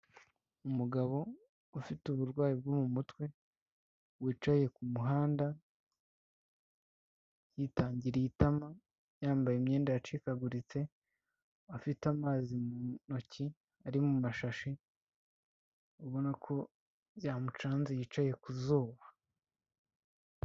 Umugabo ufite uburwayi bwo mu mutwe wicaye ku muhanda, yitangiriye itama yambaye imyenda yacikaguritse, afite amazi mu ntoki ari mu mashashi, ubona ko byamucanze yicaye ku zuba.